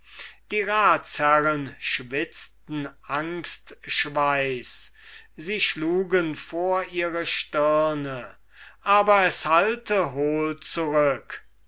die ratsherren schwitzten angstschweiß sie schlugen vor ihre stirne aber es hallte hohl zurück